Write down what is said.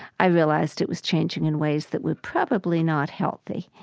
i realized it was changing in ways that were probably not healthy